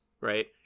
right